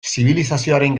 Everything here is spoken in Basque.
zibilizazioaren